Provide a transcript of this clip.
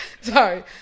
Sorry